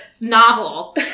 novel